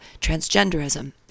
transgenderism